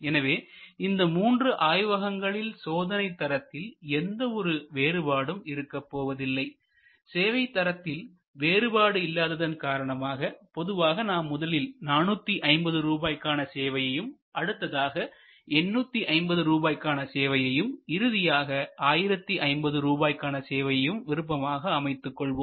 எனவே இந்த மூன்று ஆய்வகங்களில் சோதனை தரத்தில் எந்த ஒரு வேறுபாடும் இருக்கப்போவது இல்லை சேவை தரத்தில் வேறுபாடு இல்லாததன் காரணமாக பொதுவாக நாம் முதலில் 450 ரூபாய்க்கான சேவையையும் அடுத்ததாக 850 ரூபாய்க்கான சேவையையும் இறுதியாக 1050 ரூபாய்க்கான சேவையையும் விருப்பமாக அமைத்துக் கொள்வோம்